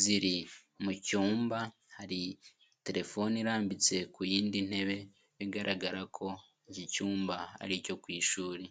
ziri mu cyumba, hari telefone irambitse ku yindi ntebe bigaragara ko iki cyumba ari icyo ku ishuri.